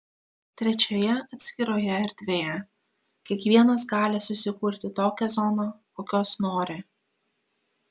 trečioje atskiroje erdvėje kiekvienas gali susikurti tokią zoną kokios nori